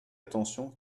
attention